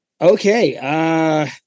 Okay